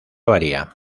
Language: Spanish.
varía